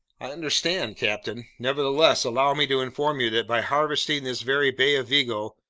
i understand, captain. nevertheless, allow me to inform you that by harvesting this very bay of vigo,